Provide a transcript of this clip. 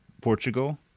Portugal